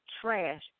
trash